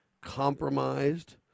compromised